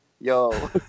Yo